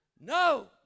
no